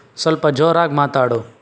ಸ್ವಲ್ಪ ಜೋರಾಗಿ ಮಾತಾಡು